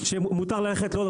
ד"ר רם כץ,